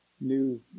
new